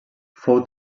fou